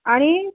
आणि